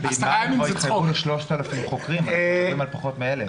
אתם עדיין זקוקים ל-3,000 חוקרים ובינתיים מדברים על פחות מ-1,000.